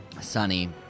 Sunny